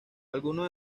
algunos